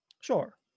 Sure